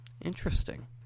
Interesting